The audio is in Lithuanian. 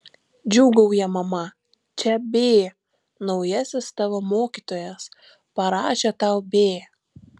džiūgauja mama čia b naujasis tavo mokytojas parašė tau b